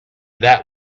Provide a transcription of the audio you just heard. that